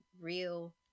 real